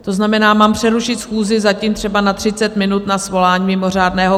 To znamená, mám přerušit schůzi zatím třeba na 30 minut na svolání mimořádného grémia?